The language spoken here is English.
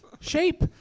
shape